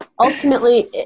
ultimately